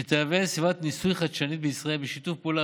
שתהווה סביבת ניסוי חדשנית בישראל בשיתוף פעולה